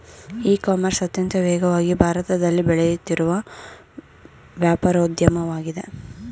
E commerce ಅತ್ಯಂತ ವೇಗವಾಗಿ ಭಾರತದಲ್ಲಿ ಬೆಳೆಯುತ್ತಿರುವ ವ್ಯಾಪಾರೋದ್ಯಮವಾಗಿದೆ